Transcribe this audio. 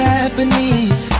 Japanese